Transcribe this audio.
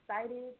excited